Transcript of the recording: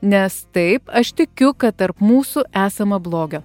nes taip aš tikiu kad tarp mūsų esama blogio